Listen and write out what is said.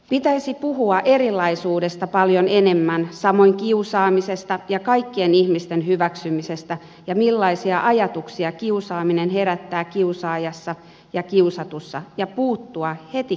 pitäisi puhua erilaisuudesta paljon enemmän samoin kiusaamisesta ja kaikkien ihmisten hyväksymisestä ja millaisia ajatuksia kiusaaminen herättää kiusaajassa ja kiusatussa ja puuttua heti kiusaamistilanteisiin